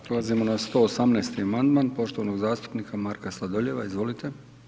Prelazimo na 118. amandman poštovanog zastupnika Marka Sladoljeva, izvolite.